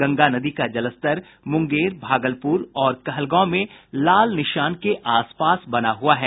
गंगा नदी का जलस्तर मुंगेर भागलपुर और कहलगांव में लाल निशान के आसपास पहुंच गया है